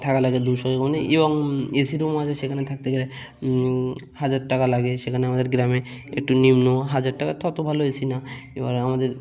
থাকা লাগে দুশো মানে এবং এ সি রুমও আছে সেখানে থাকতে গেলে হাজার টাকা লাগে সেখানে আমাদের গ্রামে একটু নিম্ন হাজার টাকারটা ওত ভালো এ সি না এবার আমাদের